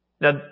Now